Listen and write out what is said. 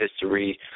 history